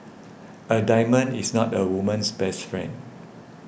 a diamond is not a woman's best friend